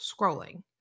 scrolling